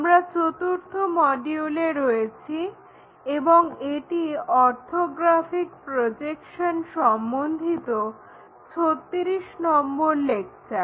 আমরা চতুর্থ মডিউলে রয়েছি এবং এটি অর্থোগ্রাফিক প্রজেকশন সম্বন্ধিত 36 নম্বর লেকচার